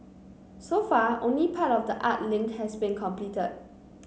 so far only part of the art link has been completed